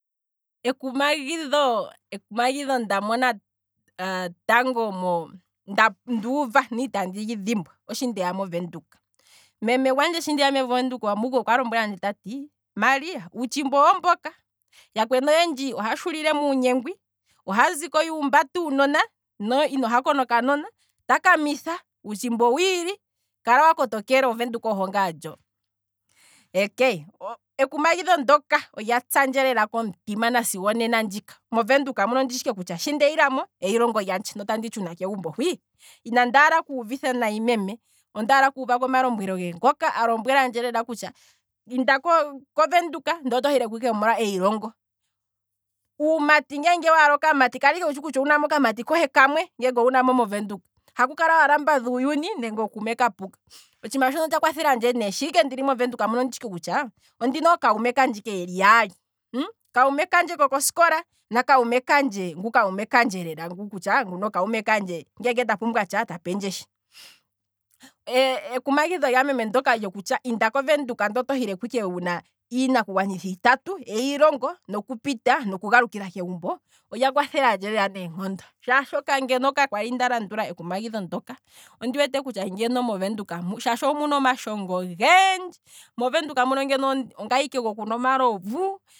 Ekumagidho ndamona tango, nda- nduuva na itandi lyi dhimbwa, oshi ndeya movenduka. meme gwandje shi ndeya movenduka okwa lombwelandje tati maria, uutshimba owo mboka, yakweni oyendji ohaya shuulile muunyengwi, ohaya ziko yuumbata uunona nande inaya hako nuunona, takamitha, uutshimba owiili, kala wa kotokela ovenduka oho ngaa ndjo, okay! Ekumagidho ndoka olya tsandje lela komutima nasigo onena ndjika, movenduka muka nditshi ike kutya sho ndiilamo eyilongo lyandje no tandi tshuna kegumbo hwii, inandi hala kuuvitha nayi meme, ondala kuuvako omalombwelo ge ngoka alombwelandje kutya inda kovenduka ndele oto hileko eyilongo, uumati ngele owuna kala ike wutshi kutya owuna okamati kohe kamwe ngeenge owuna mo movenduka, haku kala wa lamba dhuuyuni nenge ookume ya puka, otshiima shono otsha kwathelandje ike nokutya, shaa ndili movenduka muka, ondina okuume yandje ike yeli yaali, kuume kandje ko kosikola, nakuume kandje ike lela ngu kutya okuume kandje ngenge nda pumbwa tsha ta pendje shi, ekumagidho lya meme ndoka kutya inda kovenduka, ndele oto hileko ike wuna iinakugwanithwa itatu; eyilongo, okupita noku galukila kegumbo olya kwathelandje lela neenkondo, shaashi ngeno ka kwali nda landula ekumagidho ndoka, shaashi movenduka muno omuna omashongo ogendji. movenduka muno ngeno ongaye ike gokunwa omalovu